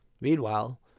Meanwhile